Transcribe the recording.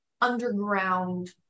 underground